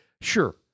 sure